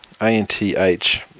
A-N-T-H